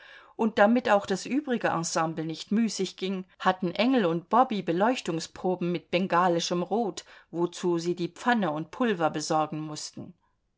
und damit auch das übrige ensemble nicht müßig ging hatten engel und bobby beleuchtungsproben mit bengalischem rot wozu sie die pfanne und pulver besorgen mußten